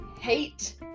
hate